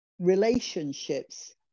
relationships